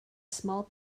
small